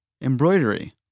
Embroidery